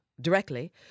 directly